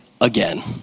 again